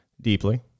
deeply